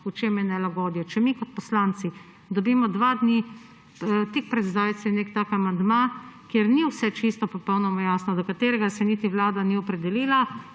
v čem je nelagodje. Če mi kot poslanci dobimo dva dni, tik pred zdajci, nek tak amandma, kjer ni vse čisto popolnoma jasno, do katerega se niti Vlada ni opredelila,